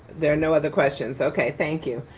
there are no other questions. okay, thank you.